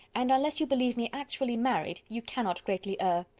and unless you believe me actually married, you cannot greatly err.